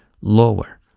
lower